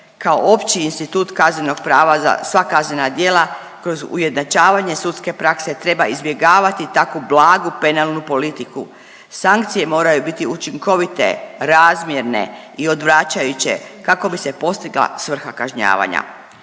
kao opći institut kaznenog prava za sva kaznena djela kroz ujednačavanje sudske prakse treba izbjegavati takvu blagu penalnu politiku. Sankcije moraju biti učinkovite, razmjerne i odvaračajuće kako bi se postigla svrha kažnjavanja.